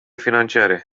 financiare